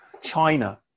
China